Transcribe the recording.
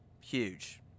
huge